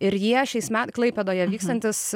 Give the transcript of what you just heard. ir jie šiais metais klaipėdoje vykstantis